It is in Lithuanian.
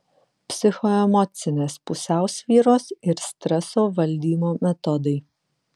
psichoemocinės pusiausvyros ir streso valdymo metodai